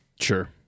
Sure